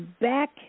back